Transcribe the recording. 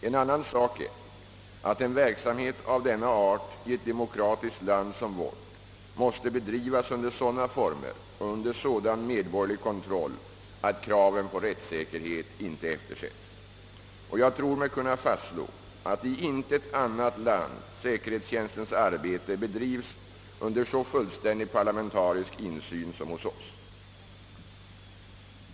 En annan sak är att en verksamhet av denna art i ett demokratiskt land som vårt måste bedrivas under sådana former och under sådan medborgerlig kontroll, att kraven på rättssäkerhet inte eftersätts, Och jag tror mig kunna fastslå att i intet annat land säkerhetstjänstens arbete bedrivs under så fullständig parlamentarisk insyn som hos oss.